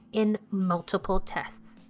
in multiple tests.